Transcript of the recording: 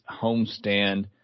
homestand